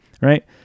right